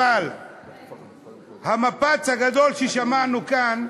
אבל המפץ הגדול ששמענו כאן,